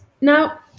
Now